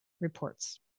reports